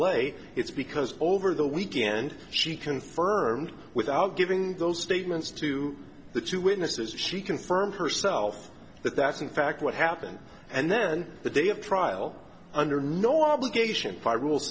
lay it's because over the weekend she confirmed without giving those statements to the two witnesses she confirmed herself that that's in fact what happened and then the day of trial under no obligation by rule